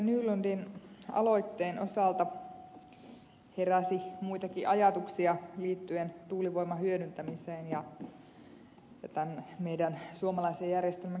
nylundin aloitteen osalta heräsi muitakin ajatuksia liittyen tuulivoiman hyödyntämiseen ja tämän meidän suomalaisen järjestelmän kehittämiseen